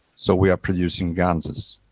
so we are producing ganses.